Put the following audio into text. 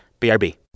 BRB